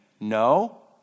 no